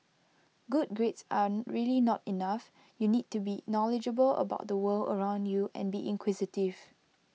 good grades are really not enough you need to be knowledgeable about the world around you and be inquisitive